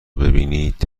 ببینید